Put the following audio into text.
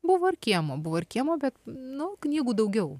buvo ir kiemo buvo ir kiemo bet nu knygų daugiau